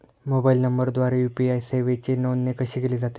Mobile नंबरद्वारे UPI सेवेची नोंदणी कशी केली जाते?